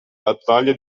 battaglia